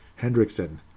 Hendrickson